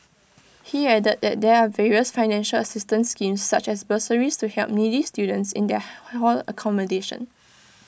he added that there are various financial assistance schemes such as bursaries to help needy students in their hall accommodation